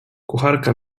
kucharka